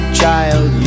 child